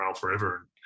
forever